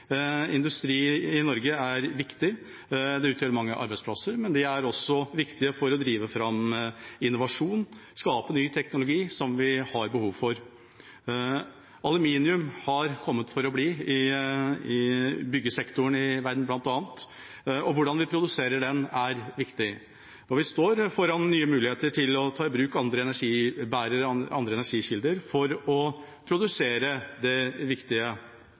Industri i Norge er viktig. Det utgjør mange arbeidsplasser, men det er også viktig for å drive fram innovasjon, skape ny teknologi som vi har behov for. Aluminium har kommet for å bli i byggesektoren i verden, bl.a., og hvordan vi produserer den, er viktig. Og vi står foran nye muligheter til å ta i bruk andre energibærere, andre energikilder for å produsere bl.a. det viktige